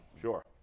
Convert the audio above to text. sure